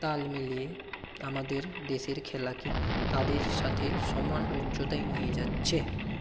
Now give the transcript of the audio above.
তাল মিলিয়ে আমাদের দেশের খেলাকে তাদের সাথে সমান উচ্চতায় নিয়ে যাচ্ছে